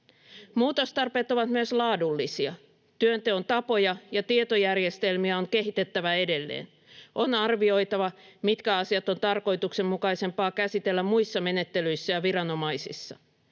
Muutostarpeet ovat myös laadullisia. Työnteon tapoja ja tietojärjestelmiä on kehitettävä edelleen. On arvioitava, mitkä asiat on tarkoituksenmukaisempaa käsitellä muissa menettelyissä ja viranomaisissa.